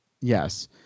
yes